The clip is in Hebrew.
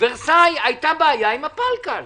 בוורסאי הייתה עם הפל-קל.